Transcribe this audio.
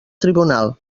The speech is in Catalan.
tribunal